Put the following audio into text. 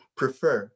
prefer